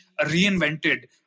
reinvented